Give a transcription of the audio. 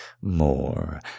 more